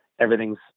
everything's